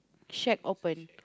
shack open